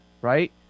right